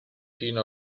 fino